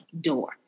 door